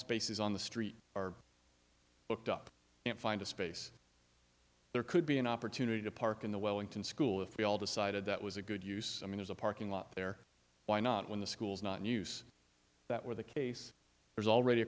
spaces on the street are booked up and find a space there could be an opportunity to park in the wellington school if we all decided that was a good use i mean there's a parking lot there why not when the schools not use that were the case there's already